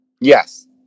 Yes